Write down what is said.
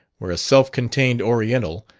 where a self-contained oriental,